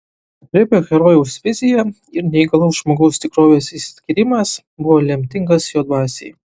regbio herojaus vizija ir neįgalaus žmogaus tikrovės išsiskyrimas buvo lemtingas jo dvasiai